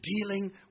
dealing